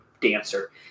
dancer